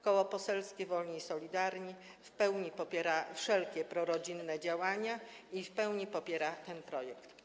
Koło Poselskie Wolni i Solidarni w pełni popiera wszelkie prorodzinne działania i w pełni popiera ten projekt.